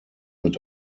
mit